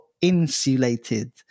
insulated